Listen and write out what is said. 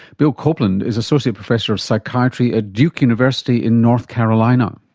bill copeland is associate professor of psychiatry at duke university in north carolina.